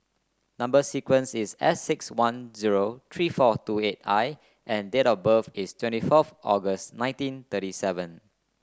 number sequence is S six one zero three four two eight I and date of birth is twenty fourth August nineteen thirty seven